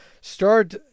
start